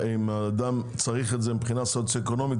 אם אדם צריך את זה מבחינה סוציו-אקונומית,